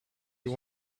you